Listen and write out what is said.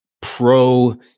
pro